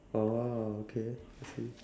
oh okay I see